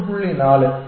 4